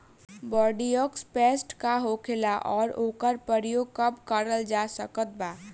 Bordeaux paste का होखेला और ओकर प्रयोग कब करल जा सकत बा?